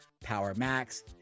PowerMax